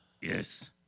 Yes